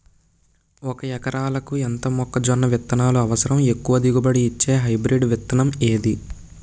ఒక ఎకరాలకు ఎంత మొక్కజొన్న విత్తనాలు అవసరం? ఎక్కువ దిగుబడి ఇచ్చే హైబ్రిడ్ విత్తనం ఏది?